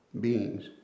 beings